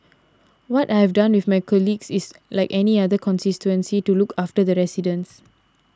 what I've done with my colleagues is like any other constituency to look after the residents